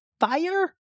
fire